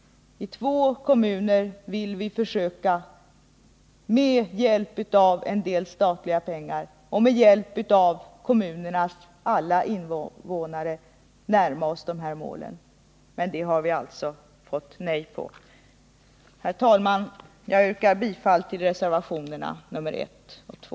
I två kommuner vill vi försöka, med hjälp av en del statliga pengar och med hjälp av kommunernas alla invånare, att närma oss dessa mål. Men det har vi alltså fått nej till. Herr talman! Jag yrkar bifall till reservationerna 1 och 2.